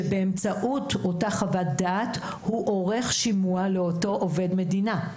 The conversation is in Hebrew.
שבאמצעות אותה חוות דעת הוא עורך שימוע לאותו עובד מדינה.